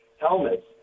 helmets